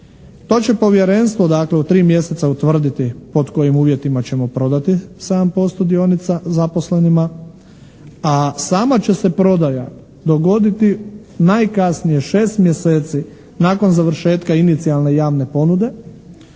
To će povjerenstvo, dakle, u 3 mjeseca utvrditi pod kojim uvjetima ćemo prodati 7% dionica zaposlenima, a sama će se prodaja dogoditi najkasnije 6 mjeseci nakon završetka inicijalne javne ponude